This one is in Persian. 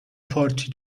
پارتی